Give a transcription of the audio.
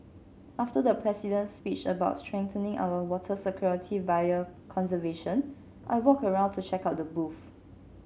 after the president's speech about strengthening our water security via conservation I walked around to check out the booths